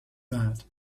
that